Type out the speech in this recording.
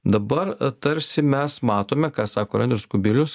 dabar tarsi mes matome ką sako ir andrius kubilius